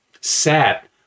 set